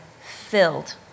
filled